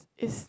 is